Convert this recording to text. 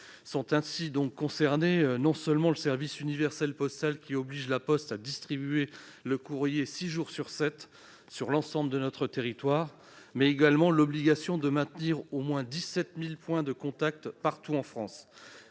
Sont ainsi concernés non seulement le service universel postal, qui oblige La Poste à distribuer le courrier six jours sur sept, sur l'ensemble de notre territoire, mais également l'obligation de maintenir au moins 17 000 points de contact partout en France,